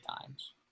times